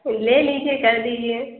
لے لیجیے کر دیجیے